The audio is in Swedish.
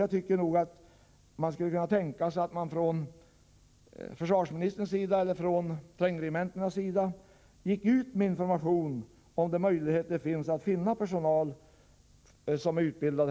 Jag tycker nog att man skulle tänka sig att man, från försvarsministerns sida eller från trängregementenas sida, gick ut med information om de möjligheter man har att finna personal som är utbildad.